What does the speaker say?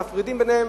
מפרידים ביניהם,